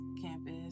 campus